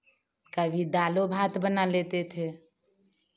कभी दालो भात बना लेते थे